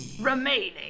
Remaining